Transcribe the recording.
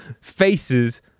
faces